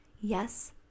Yes